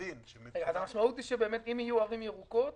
המשמעות היא שאם יהיו ערים ירוקות,